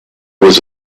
was